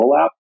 rollout